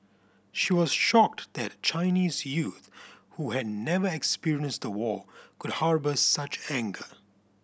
she was shocked that Chinese youth who had never experienced the war could harbour such anger